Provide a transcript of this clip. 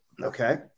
Okay